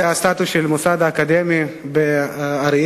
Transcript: זה הסטטוס של המוסד האקדמי באריאל.